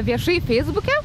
viešai feisbuke